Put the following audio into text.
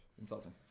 insulting